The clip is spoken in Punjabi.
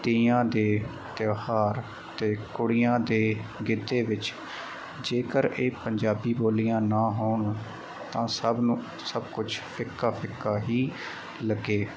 ਤੀਆਂ ਦੇ ਤਿਉਹਾਰ ਤੇ ਕੁੜੀਆਂ ਦੇ ਗਿੱਧੇ ਵਿੱਚ ਜੇਕਰ ਇਹ ਪੰਜਾਬੀ ਬੋਲੀਆਂ ਨਾ ਹੋਣ ਤਾਂ ਸਭ ਨੂੰ ਸਭ ਕੁਛ ਫਿੱਕਾ ਫਿੱਕਾ ਹੀ ਲੱਗੇ